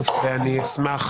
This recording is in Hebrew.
אני אשמח